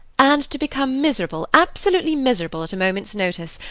and to become miserable, absolutely miserable, at a moment's notice,